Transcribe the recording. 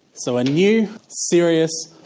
so a new, serious,